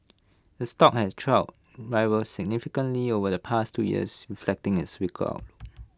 its stock has trailed rivals significantly over the past two years reflecting its weaker outlook